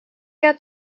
att